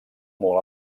molt